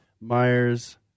Myers